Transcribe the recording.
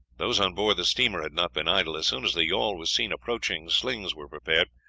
those on board the steamer had not been idle. as soon as the yawl was seen approaching slings were prepared,